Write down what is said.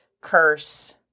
curse